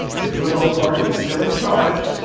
his liberal party is still in charge.